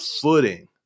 footing